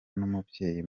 n’umubyeyi